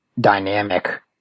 dynamic